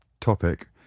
topic